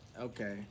Okay